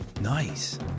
Nice